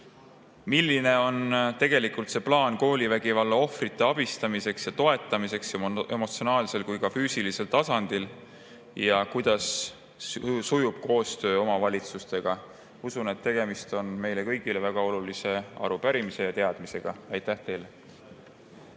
Milline on tegelikult plaan koolivägivalla ohvrite abistamiseks ja toetamiseks nii emotsionaalsel kui ka füüsilisel tasandil ja kuidas sujub koostöö omavalitsustega? Usun, et tegemist on meile kõigile väga olulise arupärimise ja teadmisega. Aitäh teile!